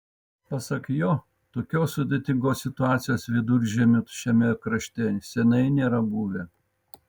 pasak jo tokios sudėtingos situacijos viduržiemiu šiame krašte seniai nėra buvę